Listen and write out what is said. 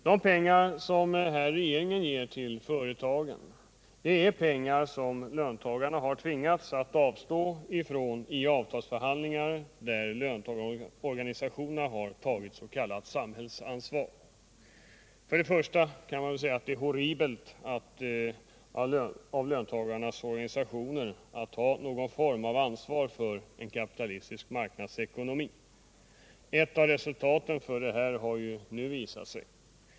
De pengar som regeringen här ger till företagen är pengar som löntagarna hartvingats avstå från i avtalsförhandlingar, där löntagarorganisationerna har tagit s.k. samhällsansvar. Först och främst är det horribelt av löntagarnas organisationer att ta någon form av ansvar för en kapitalistisk marknadsekonomi. Ett av resultaten av detta har nu visat sig.